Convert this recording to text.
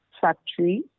factory